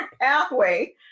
pathway